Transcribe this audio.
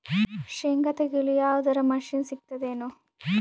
ಶೇಂಗಾ ತೆಗೆಯಲು ಯಾವರ ಮಷಿನ್ ಸಿಗತೆದೇನು?